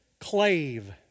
clave